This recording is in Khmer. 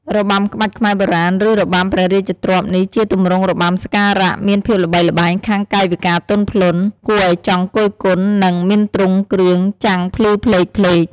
របាំក្បាច់ខ្មែរបុរាណ ឬ របាំព្រះរាជទ្រព្យនេះជាទម្រង់របាំសក្ការ:មានភាពល្បីល្បាញខាងកាយវិការទន់ភ្លន់ គួរឱ្យចង់គយគន់ និង មានទ្រង់គ្រឿងចាំងភ្លឺផ្លេកៗ។